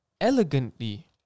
elegantly